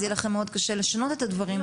אז יהיה לכם מאוד קשה לשנות את הדברים.